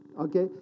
okay